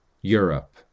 Europe